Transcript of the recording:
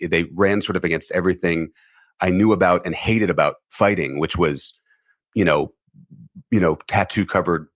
they ran sort of against everything i knew about and hated about fighting, which was you know you know tattoo covered